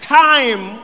time